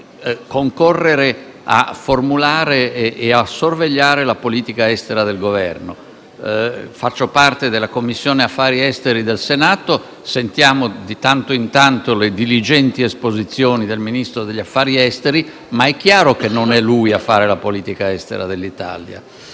di concorrere a formulare e a sorvegliare la politica estera del Governo. Faccio parte della Commissione affari esteri del Senato, dove sentiamo di tanto in tanto le diligenti esposizioni del Ministro degli affari esteri; ma è chiaro che non è lui a fare la politica estera dell'Italia.